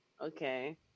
okay